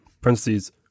parentheses